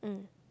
mm